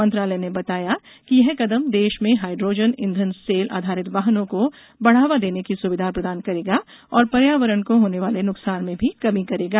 मंत्रालय ने बताया कि यह कदम देश में हाइड्रोजन ईंधन सेल आधारित वाहनों को बढ़ावा देने की सुविधा प्रदान करेगा और पर्यावरण को होने वाले नुकसान में भी कमी करेगा